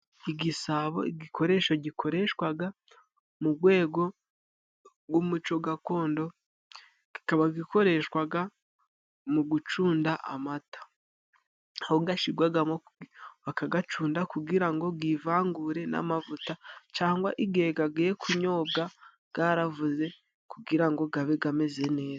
Igisabo igikoresho gikoreshwaga mu gwego gw'umuco gakondo kikaba gikoreshwaga mu gucunda amata aho gashigwamo bakagacunda kugira ngo givangure n'amavuta cangwa igihe gagiye kunyobwa garavuze kugira ngo gabe gameze neza.